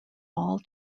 all